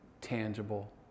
tangible